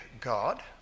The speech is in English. God